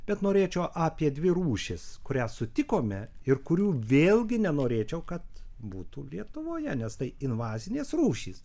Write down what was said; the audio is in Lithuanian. bet norėčiau apie dvi rūšis kurias sutikome ir kurių vėlgi nenorėčiau kad būtų lietuvoje nes tai invazinės rūšys